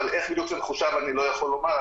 אבל איך בדיוק זה מחושב אני לא יכול לומר,